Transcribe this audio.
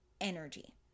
Energy